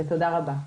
תודה רבה.